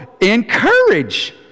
encourage